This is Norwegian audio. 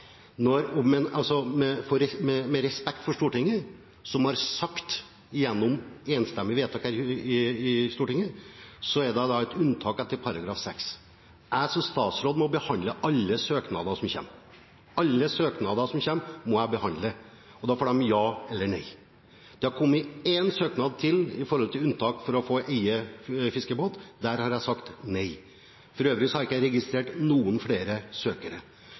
et unntak etter § 6. Jeg som statsråd må behandle alle søknader som kommer. Alle søknader som kommer, må jeg behandle, og da får man ja eller nei. Det har kommet én søknad til når det gjelder unntak for å få eie fiskebåt. Der har jeg sagt nei. For øvrig har jeg ikke registrert noen flere søkere.